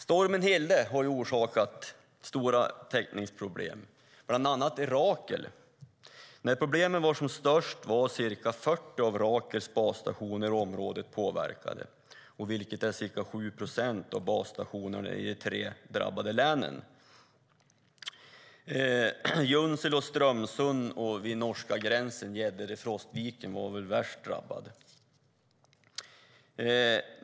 Stormen Hilde har orsakat stora täckningsproblem, bland annat för Rakel. När problemen var som störst var ca 40 av Rakels basstationer i området påverkade, vilket är ca 7 procent av basstationerna i de tre drabbade länen. Junsele, Strömsund och Gäddede i Frostviken vid norska gränsen var väl värst drabbade.